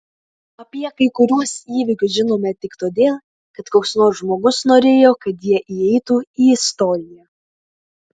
apie kai kuriuos įvykius žinome tik todėl kad koks nors žmogus norėjo kad jie įeitų į istoriją